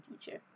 teacher